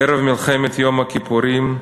ערב מלחמת יום הכיפורים,